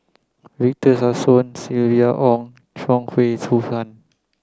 Victor Sassoon Silvia Yong Chuang Hui Tsuan